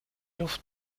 luft